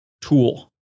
tool